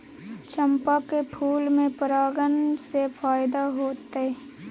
चंपा के फूल में परागण से फायदा होतय?